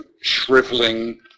shriveling